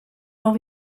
but